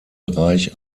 reich